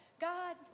God